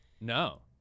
No